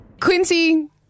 Quincy